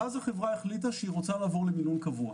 ואז החברה החליטה שהיא רוצה לעבור למינון קבוע.